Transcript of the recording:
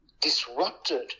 disrupted